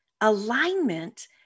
alignment